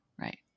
right